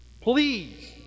please